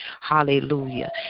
Hallelujah